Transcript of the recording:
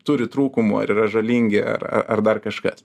turi trūkumų ar yra žalingi ar ar ar dar kažkas